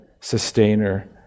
sustainer